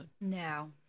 No